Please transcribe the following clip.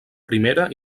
primera